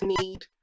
need